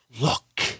look